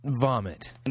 Vomit